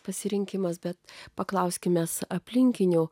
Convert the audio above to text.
pasirinkimas bet paklauskime aplinkinių